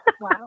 Wow